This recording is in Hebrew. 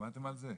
שמעתם על זה?